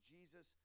Jesus